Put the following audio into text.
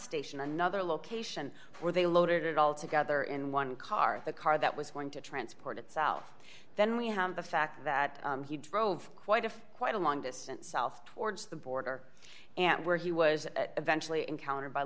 station another location where they loaded it all together in one car the car that was going to transport itself then we have the fact that he drove quite if quite a long distance south towards the border and where he was eventually encountered by